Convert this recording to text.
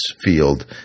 field